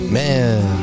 man